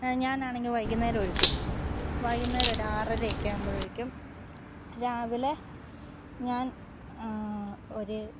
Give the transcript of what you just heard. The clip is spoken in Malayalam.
ഞാൻ ആണെങ്കിൽ വൈകുന്നേരം ഒഴിക്കും വൈകുന്നേരം ഒരു ആറര ഒക്കെ ആവുമ്പോഴ് ഒഴിക്കും രാവിലെ ഞാൻ ഒരു